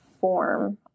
form